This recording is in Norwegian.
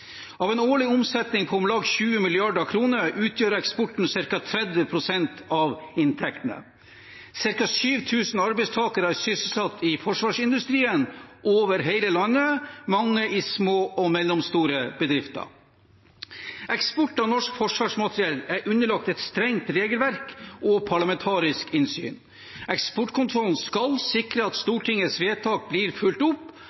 Av en årlig omsetning på om lag 20 mrd. kr utgjør eksporten ca. 30 pst. av inntektene. Cirka 7 000 arbeidstakere er sysselsatt i forsvarsindustrien over hele landet, mange i små og mellomstore bedrifter. Eksport av norsk forsvarsmateriell er underlagt et strengt regelverk og parlamentarisk innsyn. Eksportkontrollen skal sikre at Stortingets vedtak blir fulgt opp,